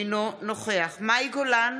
אינו נוכח מאי גולן,